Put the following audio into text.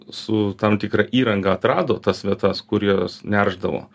su tam tikra įranga atrado tas vietas kur jos neršdavo